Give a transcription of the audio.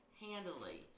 handily